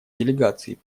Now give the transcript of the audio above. делегации